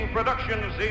Productions